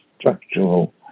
Structural